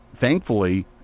Thankfully